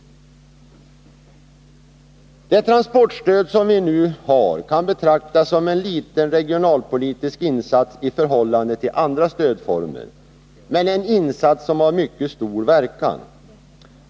Det transportstöd som vi nu har kan betraktas som en liten regionalpolitisk insats i förhållande till andra stödformer, men det är en insats med mycket stor verkan.